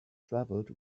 travelled